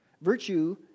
Virtue